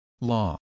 law